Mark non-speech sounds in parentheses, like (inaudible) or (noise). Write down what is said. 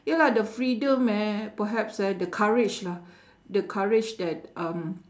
ya lah the freedom eh perhaps eh the courage lah (breath) the courage that um